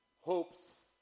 hopes